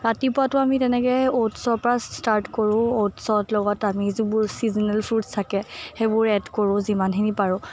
ৰাতিপুৱাটো আমি তেনেকৈ অ'টছৰ পৰা ষ্টাৰ্ট কৰোঁ অ'টছৰ লগত আমি যিবোৰ ছিজনেল ফুডছ থাকে সেইবোৰ এড কৰোঁ যিমনাখিনি পাৰোঁ